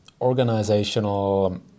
organizational